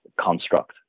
construct